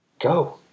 go